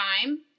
time